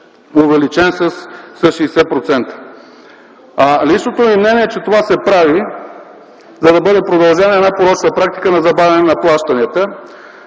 увеличен с 60%?! Личното ми мнение е, че това се прави, за да бъде продължена една порочна практика на забавяне на плащанията